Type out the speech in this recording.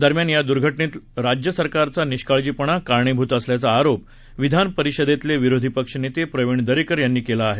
दरम्यान या दुर्घटनेला राज्य सरकारचा निषकळजीपणा कारणीभूत असल्याचा आरोप विधान परिषदेतले विरोधी पक्ष नेते प्रवीण दरेकर यांनी केला आहे